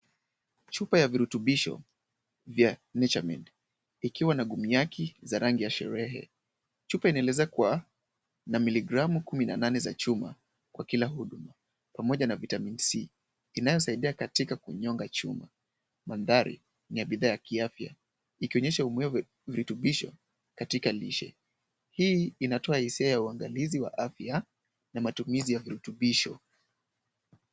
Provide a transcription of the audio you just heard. Chupa ya virutubisho vya nature made ikiwa na gumi yake za rangi ya sherehe. Chupa inaelezea kuwa na miligramu kumi na nane za chuma kwa kila huduma pamoja na vitamin C inayosaidia katika kunyonga chuma. Mandhari ni ya bidhaa ya kiafya ikionyesha umuhimu wa virutubisho katika lishe. Hii inatoa hisia ya uangalizi wa afya na matumizi ya virutubisho.